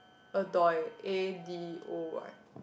Adoy A_D_O_Y